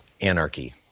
anarchy